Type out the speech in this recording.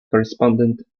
correspondent